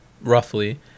roughly